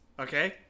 Okay